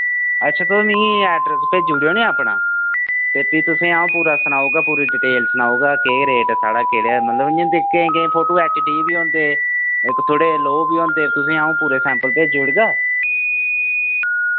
अच्छा तुस मिकी एड्रेस भेजी ओड़ेओ नि अपना ते फ्ही तुसें आऊं पूरा सनाऊगा पूरी डिटेल सनाऊगा केह् रेट साढ़ा केह्ड़े मतलब इय्यां केईं केईं फोटूं एचडी बी होंदे इक थोह्ड़े लोह् होंदे तुसें अऊं पूरे सैंपल भेजुड़गा